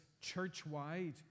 church-wide